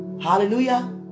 Hallelujah